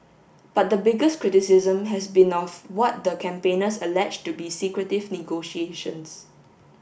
but the biggest criticism has been of what the campaigners allege to be secretive negotiations